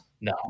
no